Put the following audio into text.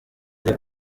ari